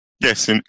Yes